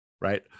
Right